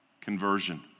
conversion